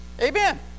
amen